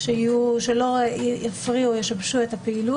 מה פתאום?